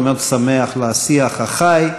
אני מאוד שמח על השיח החי,